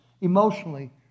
emotionally